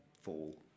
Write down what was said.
fall